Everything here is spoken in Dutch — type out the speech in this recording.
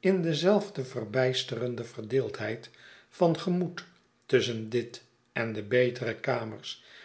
in dezelfde verbijsterende verdeeldheid van gemoed tusschen dit en de betere kamers